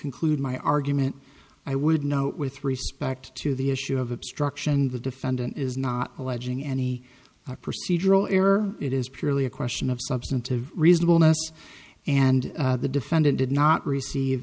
conclude my argument i would note with respect to the issue of obstruction the defendant is not alleging any procedural error it is purely a question of substantive reasonableness and the defendant did not receive